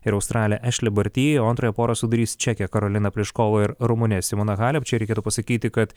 ir australė ešlig barty o antrąją porą sudarys čekė karolina priškova ir rumunė simona halep čia reikėtų pasakyti kad